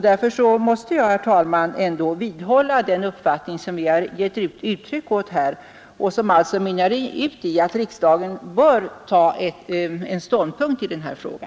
Därför måste jag, herr talman, vidhålla den uppfattning som vi givit uttryck åt och som mynnar ut i att riksdagen bör ta en ståndpunkt i denna fråga.